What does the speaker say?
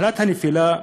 מחלת הנפילה,